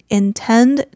intend